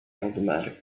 automatic